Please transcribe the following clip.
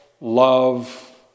love